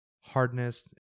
hardness